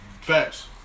Facts